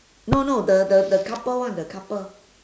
no no the the the couple one the couple